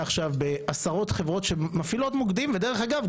עכשיו בעשרות חברות שמפעילות מוקדים ודרך אגב,